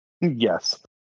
Yes